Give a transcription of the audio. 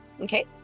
Okay